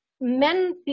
men